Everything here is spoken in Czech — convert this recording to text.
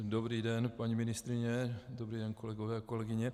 Dobrý den, paní ministryně, dobrý den, kolegové a kolegyně.